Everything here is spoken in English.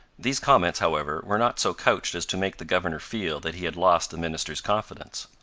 these comments, however, were not so couched as to make the governor feel that he had lost the minister's confidence.